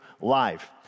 life